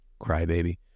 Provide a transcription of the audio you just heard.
Crybaby